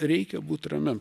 reikia būt ramiam